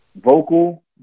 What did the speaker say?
vocal